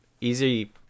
easy